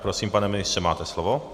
Prosím, pane ministře, máte slovo.